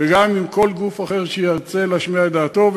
וגם עם כל גוף אחר שירצה להשמיע את דעתו,